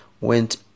went